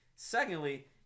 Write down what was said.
Secondly